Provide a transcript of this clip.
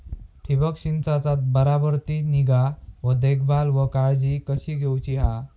ठिबक संचाचा बराबर ती निगा व देखभाल व काळजी कशी घेऊची हा?